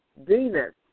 Venus